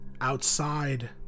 outside